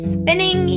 spinning